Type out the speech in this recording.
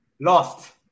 Lost